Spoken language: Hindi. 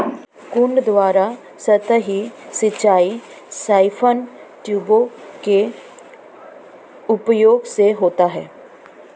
कुंड द्वारा सतही सिंचाई साइफन ट्यूबों के उपयोग से होता है